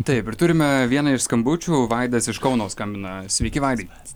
taip ir turime vieną iš skambučių vaidas iš kauno skambina sveiki vaidai